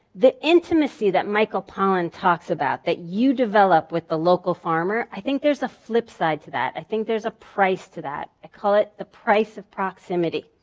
the intimacy that michael pollan talks about, that you develop with the local farmer, i think there's a flip side to that. i think there's a price to that, i call it the price of proximity.